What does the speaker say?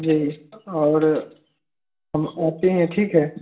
جی اور ہم آتے ہیں ٹھیک ہے